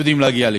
יודעים להגיע לשם.